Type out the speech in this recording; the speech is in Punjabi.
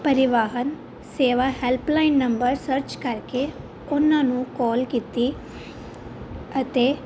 ਪਰਿਵਾਹਨ ਸੇਵਾ ਹੈਲਪਲਾਈਨ ਨੰਬਰ ਸਰਚ ਕਰਕੇ ਉਹਨਾਂ ਨੂੰ ਕਾਲ ਕੀਤੀ ਅਤੇ